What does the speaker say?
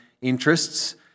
interests